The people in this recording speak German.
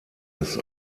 ist